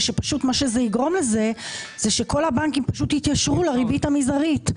ושפשוט מה שזה יגרום לזה שכל הבנקים פשוט יתיישרו לריבית המזערית.